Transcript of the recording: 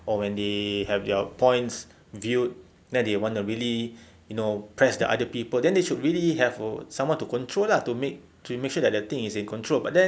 or when they have their points viewed ya they want to really you know press the other people then they should really have a someone to control ah to make to make sure that the thing is in control but then